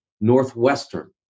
Northwestern